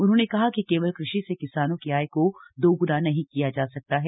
उन्होंने कहा कि केवल कृषि से किसानों की आय को दोग्ना नहीं किया जा सकता है